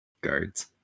guards